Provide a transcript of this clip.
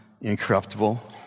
incorruptible